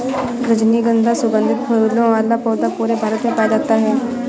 रजनीगन्धा सुगन्धित फूलों वाला पौधा पूरे भारत में पाया जाता है